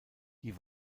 die